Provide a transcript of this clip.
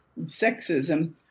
sexism